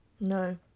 No